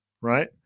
Right